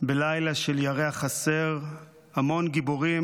בלילה של ירח חסר / המון גיבורים,